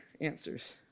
Answers